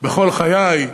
בכל חיי.